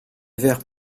vers